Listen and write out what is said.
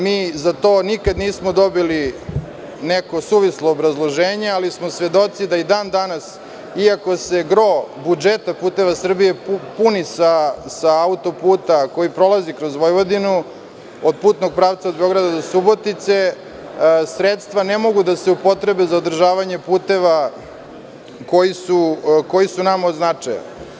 Mi za to nikada nismo dobili neko suvislo obrazloženje, ali smo svedoci da i dan danas, iako se gro budžeta „Puteva Srbije“ puni sa auto-puta koji prolazi kroz Vojvodinu, od putnog pravca Beograd-Subotica, sredstva ne mogu da se upotrebe za održavanje puteva koji su nama od značaja.